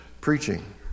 preaching